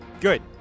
Good